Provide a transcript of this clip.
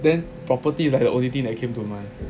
then property is like the only thing that came to mind